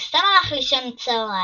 הוא סתם הלך לישון צהרים.